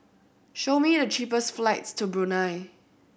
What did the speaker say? show me the cheapest flights to Brunei